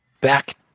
back